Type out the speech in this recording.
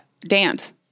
dance